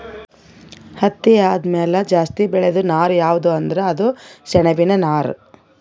ಹತ್ತಿ ಆದಮ್ಯಾಲ ಜಾಸ್ತಿ ಬೆಳೇದು ನಾರ್ ಯಾವ್ದ್ ಅಂದ್ರ ಅದು ಸೆಣಬಿನ್ ನಾರ್